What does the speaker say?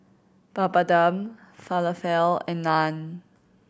Papadum Falafel and Naan